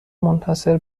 منحصر